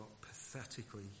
pathetically